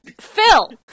Phil